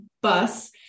bus